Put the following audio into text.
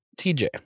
TJ